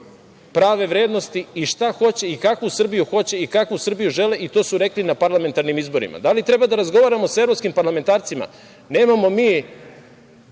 prave vrednosti i šta hoće i kakvu Srbiju hoće i kakvu Srbiju žele i to su rekli na parlamentarnim izborima. Da li treba da razgovaramo sa evropskim parlamentarcima? Nemamo mi